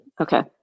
Okay